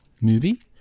movie